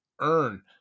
earn